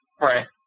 Right